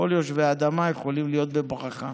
כל יושבי האדמה יכולים להיות בברכה,